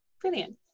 Brilliant